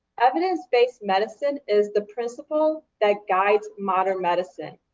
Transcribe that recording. evidence-based medicine is the principle that guides modern medicine.